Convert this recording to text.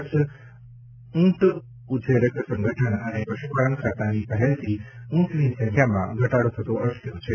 કચ્છ ઊંટ ઉછેરક સંગઠ્ઠન અને પશુપાલન ખાતાની પહેલથી ઊંટની સંખ્યામાં ઘટાડો થતો અટક્યો છે